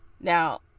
Now